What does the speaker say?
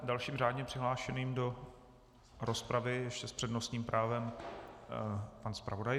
Dalším řádně přihlášeným do rozpravy ještě s přednostním právem je pan zpravodaj.